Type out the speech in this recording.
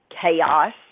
chaos